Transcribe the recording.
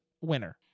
winner